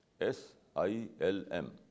S-I-L-M